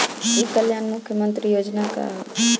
ई कल्याण मुख्य्मंत्री योजना का है?